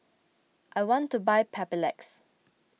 I want to buy Papulex